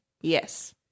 Yes